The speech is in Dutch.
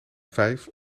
vijf